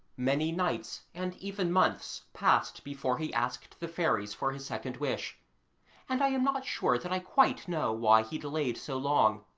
many nights, and even months, passed before he asked the fairies for his second wish and i am not sure that i quite know why he delayed so long.